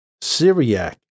Syriac